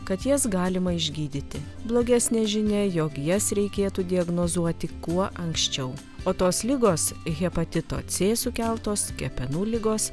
kad jas galima išgydyti blogesnė žinia jog jas reikėtų diagnozuoti kuo anksčiau o tos ligos hepatito c sukeltos kepenų ligos